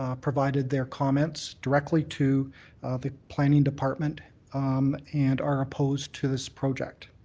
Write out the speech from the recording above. ah provided their comments directly to the planning department and are opposed to this project.